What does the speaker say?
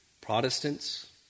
Protestants